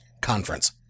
conference